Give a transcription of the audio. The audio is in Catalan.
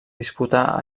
disputà